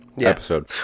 episode